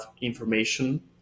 information